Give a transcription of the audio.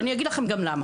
ואני אגיד לכם גם למה.